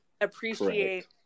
appreciate-